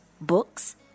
books